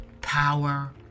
power